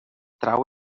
trau